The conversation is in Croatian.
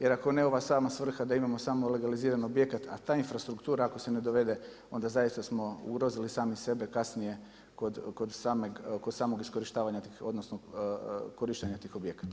Jer ako ne ova sama svrha da imamo samo legaliziran objekat, a ta struktura ako se ne dovede onda zaista smo ugrozili sami sebe kasnije kod samog iskorištavanja tih, odnosno korištenja tih objekata.